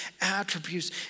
attributes